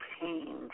pain